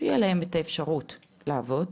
שתהיה להם אפשרות לעבוד,